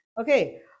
Okay